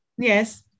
Yes